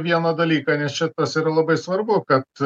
vieną dalyką nes čia tas yra labai svarbu kad